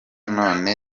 none